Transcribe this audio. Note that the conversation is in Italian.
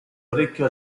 orecchio